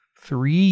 three